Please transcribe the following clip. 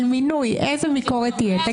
איזו ביקורת תהיה?